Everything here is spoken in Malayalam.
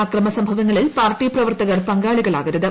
അക്രമസംഭവങ്ങളിൽ പാർട്ടി പ്രവർത്തകർ പങ്കാളികളാകരുത്